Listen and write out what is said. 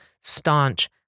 staunch